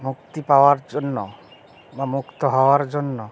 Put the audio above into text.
মুক্তি পাওয়ার জন্য বা মুক্ত হওয়ার জন্য